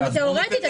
תיאורטית,